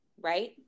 right